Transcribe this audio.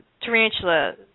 tarantula